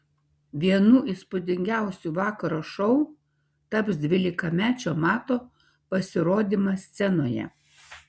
vienu įspūdingiausių vakaro šou taps dvylikamečio mato pasirodymas scenoje